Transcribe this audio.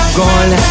gone